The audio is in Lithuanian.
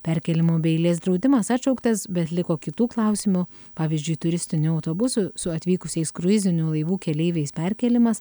perkėlimo be eilės draudimas atšauktas bet liko kitų klausimų pavyzdžiui turistinių autobusų su atvykusiais kruizinių laivų keleiviais perkėlimas